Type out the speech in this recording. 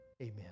Amen